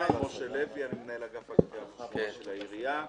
אגף הגבייה בעיריית ירושלים.